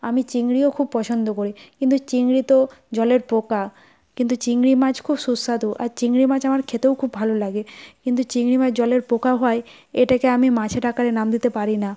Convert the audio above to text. আমি চিংড়িও খুব পছন্দ করি কিন্তু চিংড়ি তো জলের পোকা কিন্তু চিংড়ি মাছ খুব সুস্বাদু আর চিংড়ি মাছ আমার খেতেও খুব ভালো লাগে কিন্তু চিংড়ি মাছ জলের পোকা হওয়ায় এটাকে আমি মাছের আকারে নাম দিতে পারি না